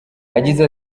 yagize